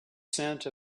scent